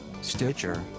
Stitcher